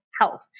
health